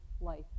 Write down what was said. life